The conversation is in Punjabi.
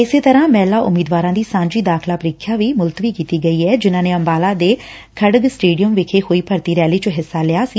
ਇਸੇ ਤਰਾਂ ਮਹਿਲਾ ਉਮੀਦਵਾਰਾਂ ਦੀ ਸਾਂਝੀ ਦਾਖ਼ਲਾ ਪ੍ਰੀਖਿਆ ਵੀ ਮੁਲਤਵੀ ਕੀਤੀ ਗਈ ਐ ਜਿਨਾਂ ਨੇ ਅੰਬਾਲਾ ਦੇ ਖੜਗ ਸਟੇਡੀਅਮ ਵਿਖੇ ਹੋਈ ਭਰਤੀ ਰੈਲੀ ਵਿਚ ਹਿੱਸਾ ਲਿਆ ਸੀ